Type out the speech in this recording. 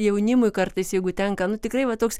jaunimui kartais jeigu tenka nu tikrai vat toks